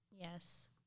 Yes